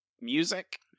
music